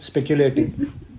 Speculating